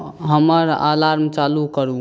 हमर अलार्म चालू करू